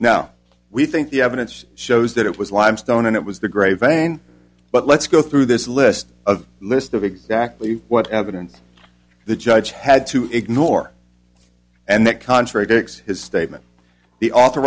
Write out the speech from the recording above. now we think the evidence shows that it was limestone and it was the gray van but let's go through this list of list of exactly what evidence the judge had to ignore and that contradicts his statement the author